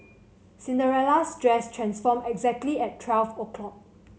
Cinderella's dress transformed exactly at twelve o'clock